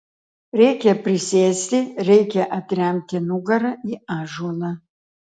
reikia prisėsti reikia atremti nugarą į ąžuolą